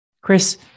Chris